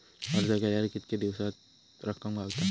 अर्ज केल्यार कीतके दिवसात रक्कम गावता?